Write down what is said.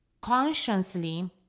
consciously